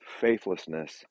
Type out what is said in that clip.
faithlessness